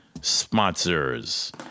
Sponsors